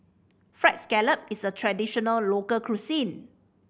Fried Scallop is a traditional local cuisine